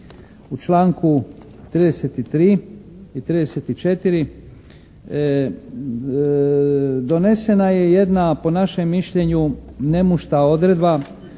u članku 33. i 34. donesena je jedna po našem mišljenju nemušta odredba